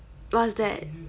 what's that